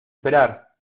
esperar